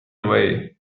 away